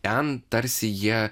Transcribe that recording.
ten tarsi jie